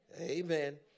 Amen